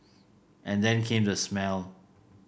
and then came the smell